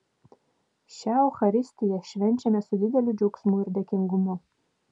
šią eucharistiją švenčiame su dideliu džiaugsmu ir dėkingumu